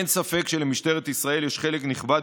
אין ספק שלמשטרת ישראל יש חלק נכבד